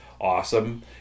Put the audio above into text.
awesome